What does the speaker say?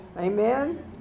Amen